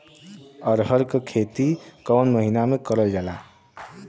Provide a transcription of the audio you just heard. अरहर क खेती कवन महिना मे करल जाला?